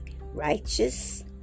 righteous